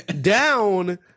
down